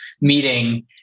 meeting